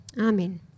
Amen